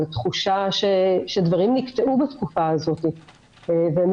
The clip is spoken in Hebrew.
על תחושה שדברים נקטעו בתקופה הזאת והם